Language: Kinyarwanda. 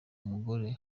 mugore